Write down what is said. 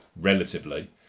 relatively